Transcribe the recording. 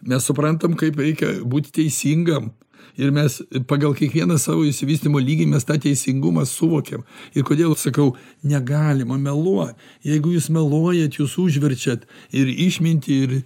mes suprantam kaip reikia būt teisingam ir mes pagal kiekvienas savo išsivystymo lygį mes tą teisingumą suvokiam ir kodėl sakau negalima meluo jeigu jūs meluojat jūs užverčiat ir išmintį ir